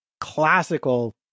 classical